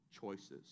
choices